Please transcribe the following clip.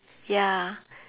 ya